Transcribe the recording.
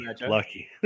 lucky